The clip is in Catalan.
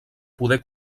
poder